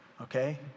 Okay